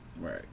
right